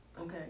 Okay